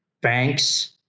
banks